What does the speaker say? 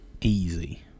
easy